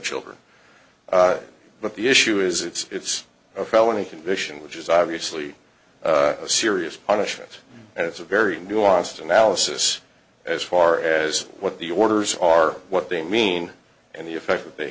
children but the issue is it's a felony conviction which is obviously a serious punishment and it's a very nuanced analysis as far as what the orders are what they mean and the effect that they